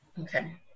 Okay